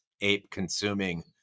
ape-consuming